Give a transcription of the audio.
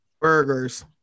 Burgers